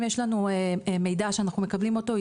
אם יש לנו מידע שאנחנו מקבלים אותו,